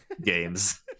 games